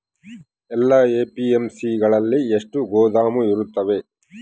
ಎಲ್ಲಾ ಎ.ಪಿ.ಎಮ್.ಸಿ ಗಳಲ್ಲಿ ಎಷ್ಟು ಗೋದಾಮು ಇರುತ್ತವೆ?